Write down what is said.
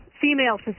female